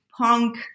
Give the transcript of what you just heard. punk